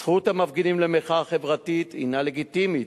זכות המפגינים למחאה חברתית הינה לגיטימית,